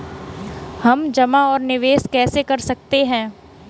हम जमा और निवेश कैसे कर सकते हैं?